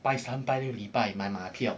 拜三拜六礼拜买马票